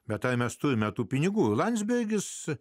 bet tai mes turime tų pinigų landsbergis su